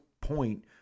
point